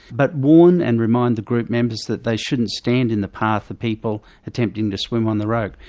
but warn and remind the group members that they shouldn't stand in the path of people attempting to swing on the rope.